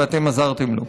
שאתם עזרתם לו.